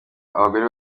abagore